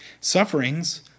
Sufferings